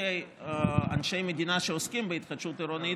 כאנשי מדינה שעוסקים בהתחדשות עירונית,